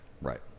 Right